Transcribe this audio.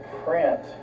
print